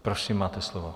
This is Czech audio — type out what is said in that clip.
Prosím, máte slovo.